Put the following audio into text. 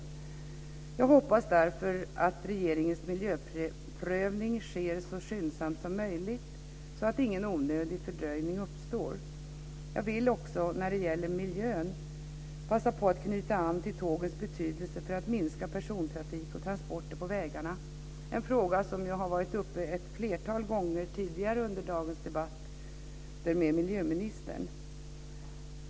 Jag hoppas därför att regeringens miljöprövning sker så skyndsamt som möjligt så att ingen onödig fördröjning uppstår. När det gäller miljön vill jag också passa på att knyta an till tågens betydelse för att minska persontrafik och transporter på vägarna. Det är ju en fråga som har varit uppe ett flertal gånger tidigare under dagens debatter med miljöministern.